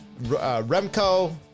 Remco